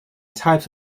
types